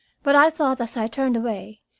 but i thought, as i turned away,